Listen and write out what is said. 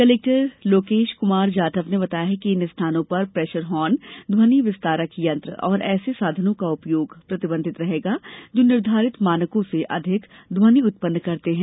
collector Lokesh Kumar Jatav ने बताया कि इन स्थानों पर प्रेशर हॉर्न ध्वनि विस्तारक यंत्र और ऐसे साधनों का उपयोग प्रतिबंधित रहेगा जो निर्धारित मानकों से अधिक ध्वनि उत्पन्न करते हैं